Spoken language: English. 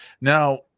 Now